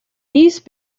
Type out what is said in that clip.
these